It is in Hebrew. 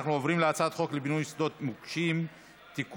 אנחנו עוברים להצעת חוק לפינוי שדות מוקשים (תיקון)